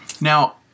Now